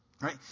Right